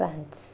France